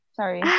sorry